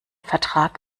vertrag